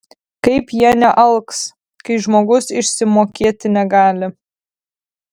kaip jie nealks kai žmogus išsimokėti negali